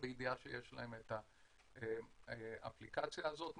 בידיעה שיש להן את האפליקציה הזאת מותקנת.